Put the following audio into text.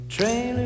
Train